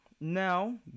Now